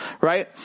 right